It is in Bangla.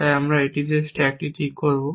তাই আমরা এটি দিয়ে স্ট্যাকটি ঠিক করব